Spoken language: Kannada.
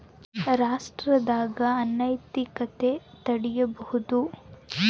ರಾಷ್ಟ್ರದಾಗ ಅನೈತಿಕತೆನ ತಡೀಬೋದು